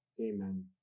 Amen